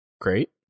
great